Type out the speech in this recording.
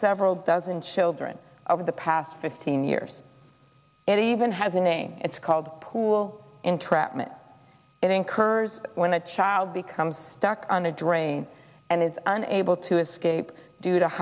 several dozen children over the past fifteen years it even has a name it's called pool entrapment it incurs when the child becomes stuck on a drain and is unable to escape due to